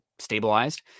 stabilized